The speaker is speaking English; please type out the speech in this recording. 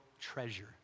treasure